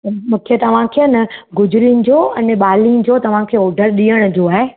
मूंखे तव्हांखे न गुजरिनि जो अने वालियुनि जो तव्हांखे ऑडर ॾियण जो आहे